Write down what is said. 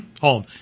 Home